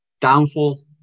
Downfall